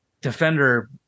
defender